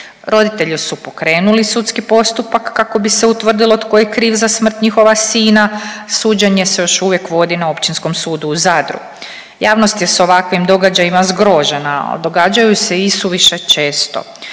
Roditelji su pokrenuli sudski postupak kako bi se utvrdilo tko je kriv za smrt njihova sina, suđenje se još uvijek vodi na Općinskom sudu u Zadru. Javnost je s ovakvim događajima zgrožena, a događaju se i suviše često.